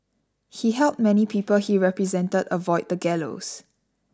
he helped many people he represented avoid the gallows